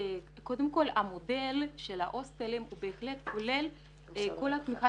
קודם כל המודל של ההוסטלים הוא בהחלט כולל את כל התמיכה